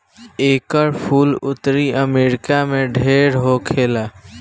एकर फूल उत्तरी अमेरिका में ढेर होखेला